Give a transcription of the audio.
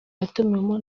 yatumiwemo